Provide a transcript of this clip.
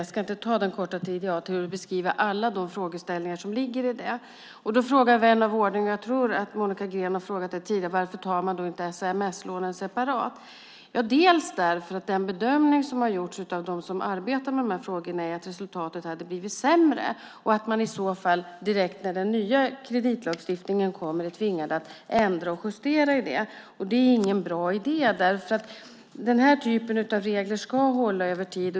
Jag ska inte ägna den korta tid jag har åt att beskriva alla de frågeställningar som ligger i det. Då frågar vän av ordning - och jag tror att Monica Green har frågat det tidigare: Varför tar man då inte sms-lånen separat? Det gör man inte bland annat därför att den bedömning som har gjorts av dem som arbetar med de här frågorna är att resultatet skulle ha blivit sämre och att man i så fall direkt när den nya kreditlagstiftningen kommer skulle vara tvingad att ändra och justera i det här. Och det är ingen bra idé därför att den här typen av regler ska hålla över tid.